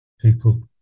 people